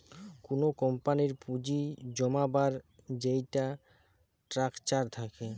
কুনো কোম্পানির পুঁজি জমাবার যেইটা স্ট্রাকচার থাকে